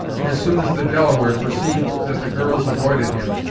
as soon as the delaware perceived that the girls avoided him,